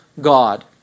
God